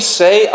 say